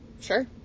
Sure